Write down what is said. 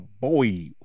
boy